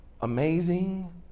amazing